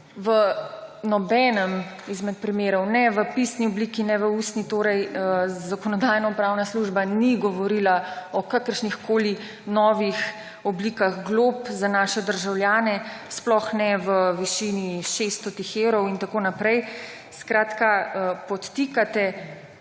V nobenem izmed primerov, ne v pisni obliki ne v ustni, torej Zakonodajno-pravna služba ni govorila o kakršnihkoli novih oblikah glob za naše državljane, sploh ne v višini 600 evrov in tako naprej. Skratka, podtikate